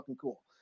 cool